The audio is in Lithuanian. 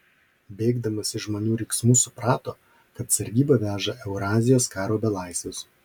bėgdamas iš žmonių riksmų suprato kad sargyba veža eurazijos karo belaisvius